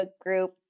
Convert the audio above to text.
group